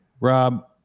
rob